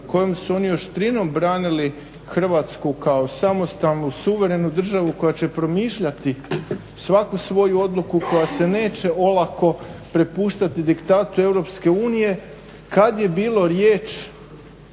kojom su oni oštrinom branili Hrvatsku kao samostalnu, suverenu državu koja će promišljati svaku svoju odluku koja se neće olako prepuštati diktatu EU kad je bilo riječ